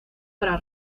para